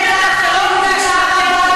אה, גם לטרור אנחנו אחראים.